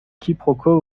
quiproquos